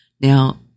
now